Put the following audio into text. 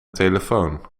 telefoon